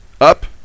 up